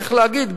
איך להגיד?